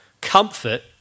Comfort